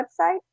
website